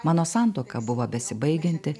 mano santuoka buvo besibaigianti